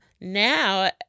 now